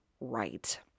right